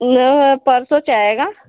ना परसो चाहेगा